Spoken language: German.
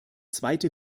zweite